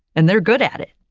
and they're good at it.